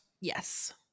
Yes